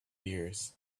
years